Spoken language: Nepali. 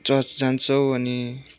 चर्च जान्छौँ अनि